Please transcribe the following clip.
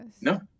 No